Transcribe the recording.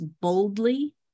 boldly